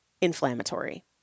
inflammatory